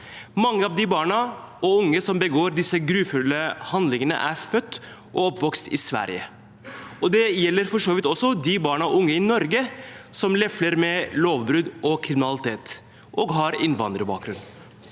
Mange av de barna og unge som begår disse grufulle handlingene, er født og oppvokst i Sverige, og det gjelder for så vidt også de barn og unge i Norge som lefler med lovbrudd og kriminalitet og har innvandrerbakgrunn.